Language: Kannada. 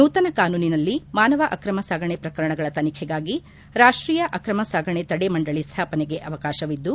ನೂತನ ಕಾನೂನಿನಲ್ಲಿ ಮಾನವ ಅಕ್ರಮ ಸಾಗಣೆ ಪ್ರಕರಣಗಳ ತನಿಖೆಗಾಗಿ ರಾಷ್ಷೀಯ ಅಕ್ರಮ ಸಾಗಣೆ ತಡೆ ಮಂಡಳಿ ಸ್ಥಾಪನೆಗೆ ಅವಕಾಶವಿದ್ದು